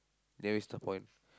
there's the point